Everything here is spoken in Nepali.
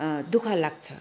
दुःख लाग्छ